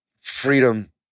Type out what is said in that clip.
freedom